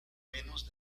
menos